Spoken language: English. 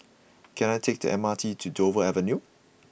can I take the M R T to Dover Avenue